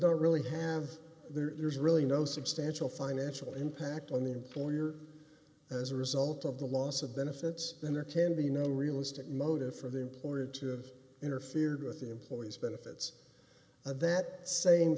don't really have there's really no substantial financial impact on the employer as a result of the loss of then if it's then there can be no realistic motive for the employer to have interfered with the employee's benefits of that same